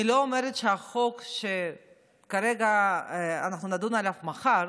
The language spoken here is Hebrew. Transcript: אני לא אומרת שהחוק שאנחנו נדון עליו מחר